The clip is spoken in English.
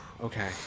Okay